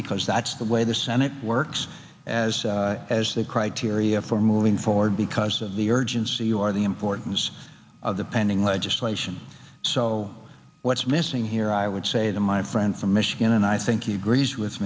because that's the way the senate works as as the criteria for moving forward because of the urgency you are the importance of the pending legislation so what's missing here i would say to my friend from michigan and i think he agrees with